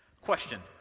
Question